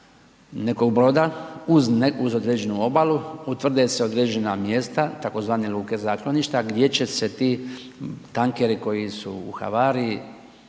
nekog broda uz određenu obalu utvrde se određena mjesta tzv. luke zakloništa gdje će se ti tankeri koji su u havariji